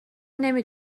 نمی